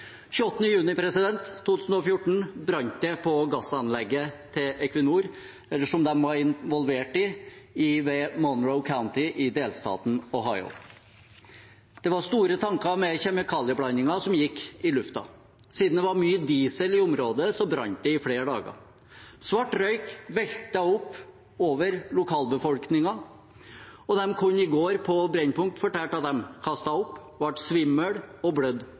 2014 brant det på gassanlegget som Equinor var involvert i, i Monroe County i delstaten Ohio. Det var store tanker med kjemikalieblandinger som gikk i luften. Siden det var mye diesel i området, brant det i flere dager. Svart røyk veltet opp over lokalbefolkningen, og de kunne i går på Brennpunkt fortelle at de kastet opp, ble svimle og